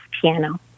piano